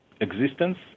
existence